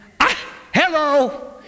Hello